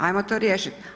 Ajmo to riješiti.